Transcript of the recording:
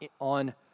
on